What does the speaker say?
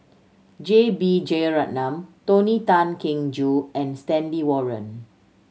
J B Jeyaretnam Tony Tan Keng Joo and Stanley Warren